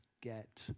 get